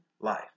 life